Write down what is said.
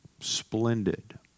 splendid